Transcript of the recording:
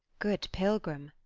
good pilgrim,